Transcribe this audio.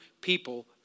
people